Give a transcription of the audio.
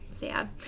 sad